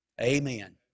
Amen